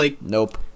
Nope